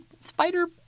spider